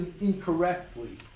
incorrectly